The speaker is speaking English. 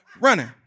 running